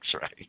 right